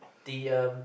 the um